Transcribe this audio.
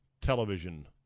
television